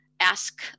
ask